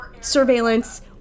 surveillance